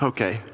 Okay